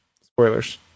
Spoilers